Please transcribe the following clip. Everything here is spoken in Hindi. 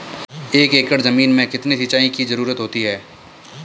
एक एकड़ ज़मीन में कितनी सिंचाई की ज़रुरत होती है?